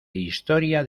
historia